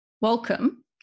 welcome